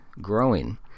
growing